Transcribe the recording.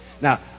Now